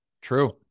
True